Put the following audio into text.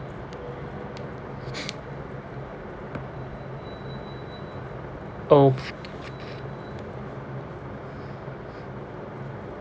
oh